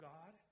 God